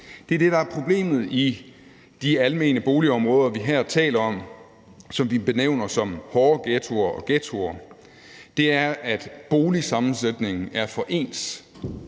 Det er det, der er problemet i de almene boligområder, vi her taler om, og som vi benævner som hårde ghettoer og ghettoer, nemlig at boligsammensætningen er for ens.